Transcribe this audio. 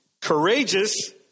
courageous